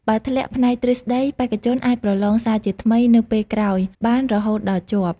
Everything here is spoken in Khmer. បើធ្លាក់ផ្នែកទ្រឹស្តី បេក្ខជនអាចប្រឡងសាជាថ្មីនៅពេលក្រោយបានរហូតដល់ជាប់។